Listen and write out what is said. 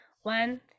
one